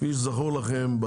כפי שזכור לכם,